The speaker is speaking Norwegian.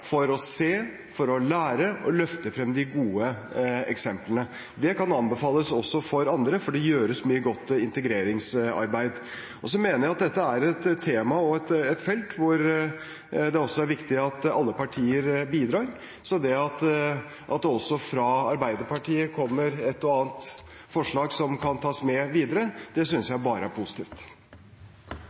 for å se, for å lære og for å løfte frem de gode eksemplene. Det kan anbefales også for andre, for det gjøres mye godt integreringsarbeid. Så mener jeg dette er et tema og et felt hvor det er viktig at alle partier bidrar. At det også fra Arbeiderpartiet kommer et og annet forslag som kan tas med videre, synes jeg bare er positivt.